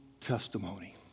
testimony